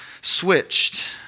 switched